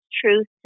truth